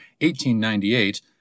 1898